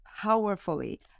powerfully